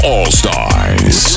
All-Stars